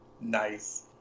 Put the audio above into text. Nice